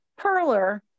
perler